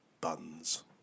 buns